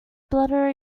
bladder